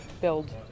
build